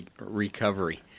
Recovery